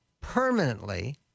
permanently